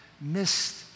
missed